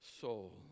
soul